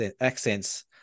accents